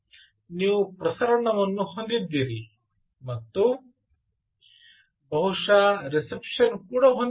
ಆದ್ದರಿಂದ ನೀವು ಪ್ರಸರಣವನ್ನು ಹೊಂದಿದ್ದೀರಿ ಮತ್ತು ಬಹುಶಃ ರಿಸೆಪ್ಶನ್ ಕೂಡ ಹೊಂದಿರಬಹುದು